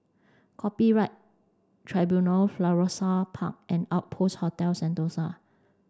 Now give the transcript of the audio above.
Copyright Tribunal Florissa Park and Outpost Hotel Sentosa